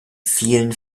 vielen